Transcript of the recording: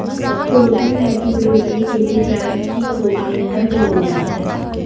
portal hacking रोकने के लिए बैंक की गोपनीयता जरूरी हैं